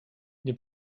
nie